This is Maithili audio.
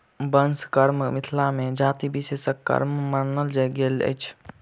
बंस कर्म मिथिला मे जाति विशेषक कर्म मानल गेल अछि